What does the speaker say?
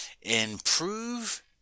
Improve